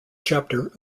chapter